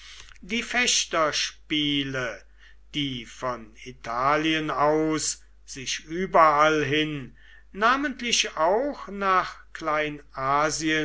die fechterspiele die von italien aus sich überall hin namentlich auch nach